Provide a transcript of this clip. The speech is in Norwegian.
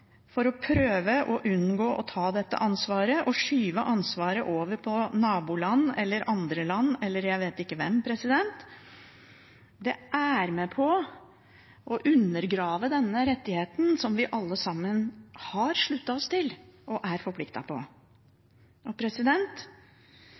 for å prøve å unngå å ta dette ansvaret og skyve det over på naboland eller andre land, eller jeg vet ikke hvem, er med på å undergrave denne rettigheten som vi alle sammen har sluttet oss til og er